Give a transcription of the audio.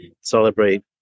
celebrate